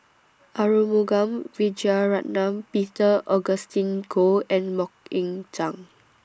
Arumugam Vijiaratnam Peter Augustine Goh and Mok Ying Jang